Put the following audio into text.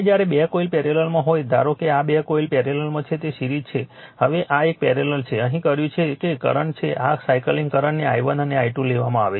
હવે જ્યારે 2 કોઇલ પેરેલલમાં હોય ત્યારે ધારો કે આ 2 કોઇલ પેરેલલમાં છે જે સિરીઝ છે હવે આ એક પેરેલલ છે જે અહીં કર્યું છે કે કરંટ છે આ સાઇકલિક કરંટને i1 અને i2 લેવામાં આવે છે